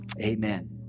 Amen